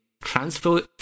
transfer